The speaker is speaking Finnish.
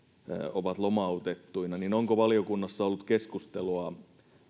ovat lomautettuina onko valiokunnassa ollut keskustelua